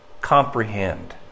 comprehend